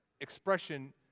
expression